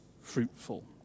fruitful